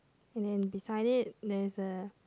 and then beside it there is a